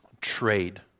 trade